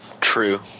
True